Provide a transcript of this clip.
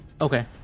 Okay